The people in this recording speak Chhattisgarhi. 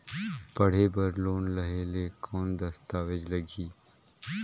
पढ़े बर लोन लहे ले कौन दस्तावेज लगही?